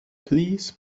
please